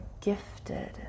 gifted